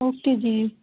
okay ਜੀ